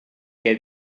què